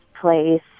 place